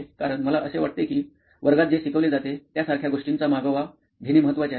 कारण मला असे वाटते की वर्गात जे शिकवले जाते त्या सारख्या गोष्टींचा मागोवा घेणे महत्त्वाचे आहे